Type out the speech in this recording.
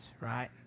right